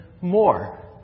more